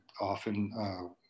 often